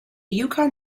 yukon